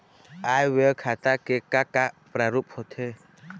आय व्यय खाता के का का प्रारूप होथे?